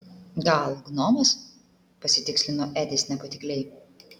gal gnomas pasitikslino edis nepatikliai